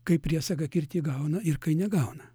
kaip priesaga kirtį gauna ir kai negauna